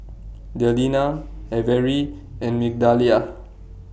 Delina Averi and Migdalia